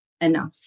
enough